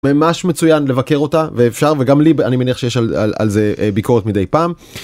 ממש מצוין לבקר אותה ואפשר וגם לי אני מניח שיש על זה ביקורת מדי פעם.